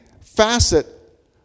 facet